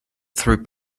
through